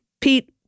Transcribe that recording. Pete